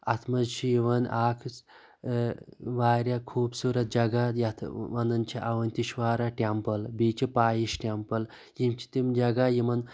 اَتھ منٛز چھ یِوان اَکھ وارِیاہ خوبصورَت جَگہ یِتھ وَنان چھِ اَوَنتِشوارا ٹیٚمپٕل بیٚیہِ چھِ پایِش ٹیٚمپٕل یِم چھِ تِم جَگہ یِمَن